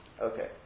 Okay